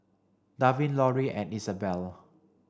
Darwin Lorri and Isabelle